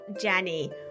Jenny